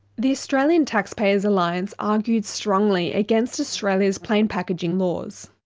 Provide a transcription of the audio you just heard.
the australian taxpayers alliance argued strongly against australia's plain packaging laws.